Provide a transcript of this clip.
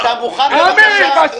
אתה מוכן, בבקשה.